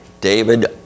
David